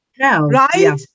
right